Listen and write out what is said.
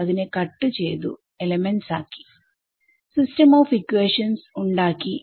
അതിനെ കട്ട് ചെയ്തു എലമെന്റ്സ് ആക്കി സിസ്റ്റം ഓഫ് ഇക്വേഷൻസ് ഉണ്ടാക്കി